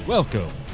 Welcome